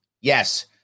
Yes